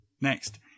Next